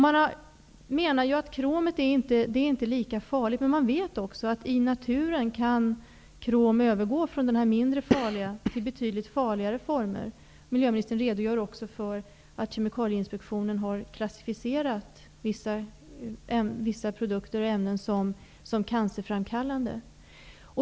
Man menar att kromet inte är lika farligt. Men man vet också att krom i naturen kan övergå från den mindre farliga till betydligt farligare former. Miljöministern redogör också för att Kemikalieinspektionen har klassificerat vissa produkter som cancerframkallande.